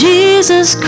Jesus